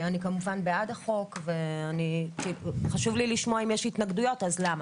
אני כמובן בעד החוק וחשוב לי לשמוע אם יש התנגדויות אז למה.